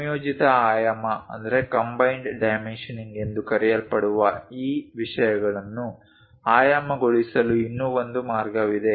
ಸಂಯೋಜಿತ ಆಯಾಮ ಎಂದು ಕರೆಯಲ್ಪಡುವ ಈ ವಿಷಯಗಳನ್ನು ಆಯಾಮಗೊಳಿಸಲು ಇನ್ನೂ ಒಂದು ಮಾರ್ಗವಿದೆ